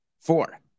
Four